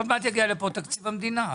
עוד מעט יגיע לפה תקציב המדינה.